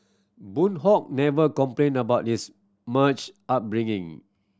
Boon Hock never complained about this much upbringing